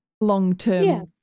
Long-term